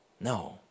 No